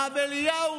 הרב אליהו,